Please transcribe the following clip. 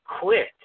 quit